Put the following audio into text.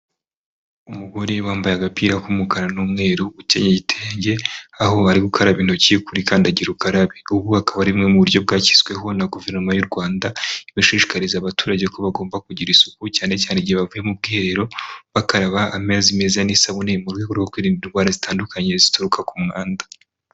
Umugore wambaye agapira k'umukara n'umweru, ukenyeye igitenge, aho bari gukaraba intoki kuri kandagira ukarabe, ubu akaba ari bumwe mu buryo bwashyizweho na guverinoma y'u Rwanda, ibashishikariza abaturage ko bagomba kugira isuku cyane cyane igihe bavuye mu bwiherero, bakaraba amezi meza n'isabune mu rwego rwo kwirinda indwara zitandukanye zituruka ku mwanda.